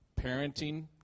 parenting